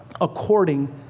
according